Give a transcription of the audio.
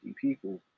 people